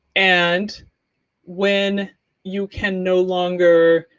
and when you can no longer